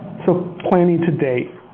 so planning to date.